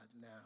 now